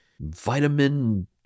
vitamin